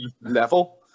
level